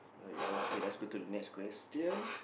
ya okay let's go to the next question